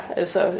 altså